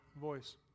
voice